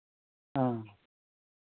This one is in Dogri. हां